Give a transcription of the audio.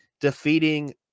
defeating